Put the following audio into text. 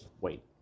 Wait